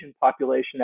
population